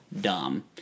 dumb